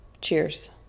Cheers